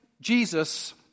Jesus